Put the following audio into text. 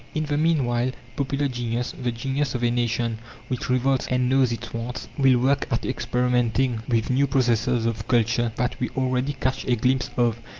in the meanwhile, popular genius, the genius of a nation which revolts and knows its wants, will work at experimenting with new processes of culture that we already catch a glimpse of,